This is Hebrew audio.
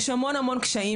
יש המון המון קשיים,